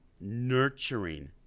nurturing